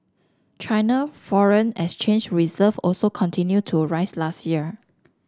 China foreign exchange reserve also continued to rise last year